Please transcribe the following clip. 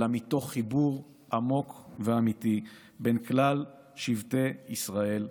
אלא מתוך חיבור עמוק ואמיתי בין כלל שבטי ישראל.